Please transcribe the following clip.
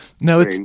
No